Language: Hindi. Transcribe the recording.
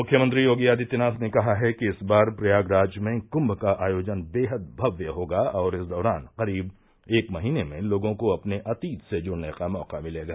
मुख्यमंत्री योगी आदित्यनाथ ने कहा है कि इस बार प्रयागराज में कुम्भ का आयोजन बेहद भव्य होगा और इस दौरान करीब एक महीने में लोगों को अपने अतीत से जुड़ने का मौका मिलेगा